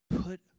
Put